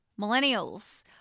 millennials